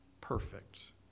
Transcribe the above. perfect